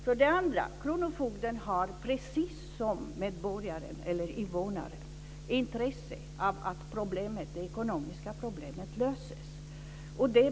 För det andra har kronofogden precis som de här människorna intresse av att det ekonomiska problemet löses.